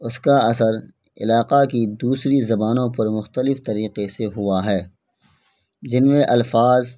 اس کا اصل علاقہ کی دوسری زبانوں پر مختلف طریقے سے ہوا ہے جن میں الفاظ